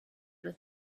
with